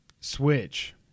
Switch